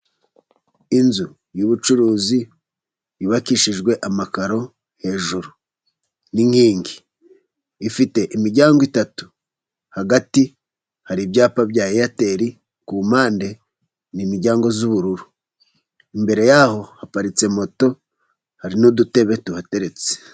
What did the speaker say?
Inzu y'ubucuruzi yubakishijwe amakaro hejuru n'inkingi, ifite imiryango itatu, hagati hari ibyapa bya Airtel, ku mpande y'imiryango y'ubururu, imbere yaho haparitse moto, hari n'udutebe tuhateretse.